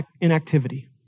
inactivity